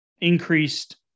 increased